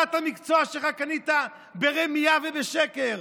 אתה, את המקצוע שלך קנית ברמייה ובשקר.